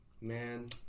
man